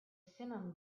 simum